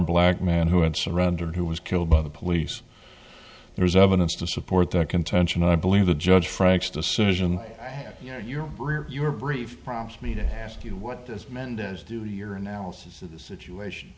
black man who had surrendered who was killed by the police there's evidence to support the contention i believe the judge franks decision your rear your brief prompts me to ask you what this mendez do to your analysis of the situation